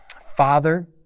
Father